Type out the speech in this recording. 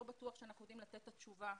לא בטוח שאנחנו יודעים לתת את התשובה.